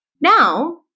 Now